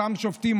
אותם שופטים,